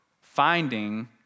finding